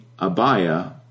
Abaya